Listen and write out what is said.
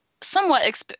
somewhat